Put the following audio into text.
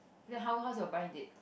then how how's your blind date